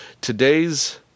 Today's